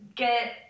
Get